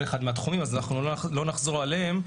אחד מהתחומים אז אנחנו לא נחזור עליהם.